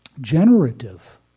generative